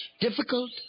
Difficult